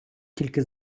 тільки